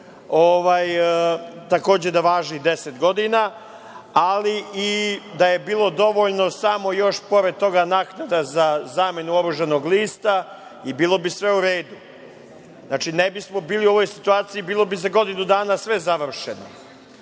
takođe da važi 10 godina, ali i da je bilo dovoljno samo još pored toga naknada za zamenu oružanog lista i bilo bi sve u redu. Znači, ne bismo bili u ovoj situaciji, bilo bi za godinu dana sve završeno. Jer,